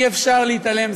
אי-אפשר להתעלם,